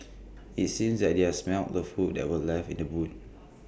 IT seemed that they are smelt the food that were left in the boot